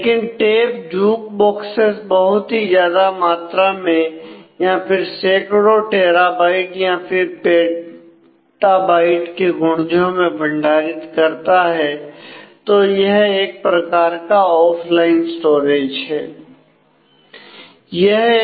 लेकिन tape jukeboxes बहुत ही ज्यादा मात्रा में या फिर सैकड़ों टेराबाइट या फिर पेटाबाइट के गुणजो में भंडारित करता है तो यह एक प्रकार का ऑफलाइन स्टोरेज है